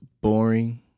boring